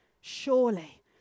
surely